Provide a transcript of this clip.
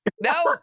No